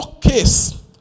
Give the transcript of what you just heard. case